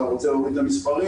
אתה רוצה להוריד את המספרים.